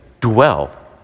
dwell